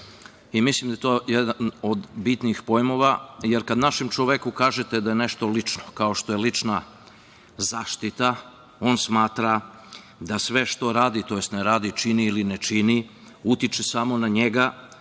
Mislim da je to jedan od bitnih pojmova, jer kad našem čoveku kažete da je nešto lično, kao što je lična zaštita, on smatra da sve što radi, tj. ne radi, čini ili ne čini, utiče samo na njega